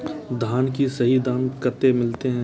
धान की सही दाम कते मिलते?